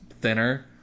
thinner